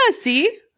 see